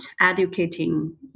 educating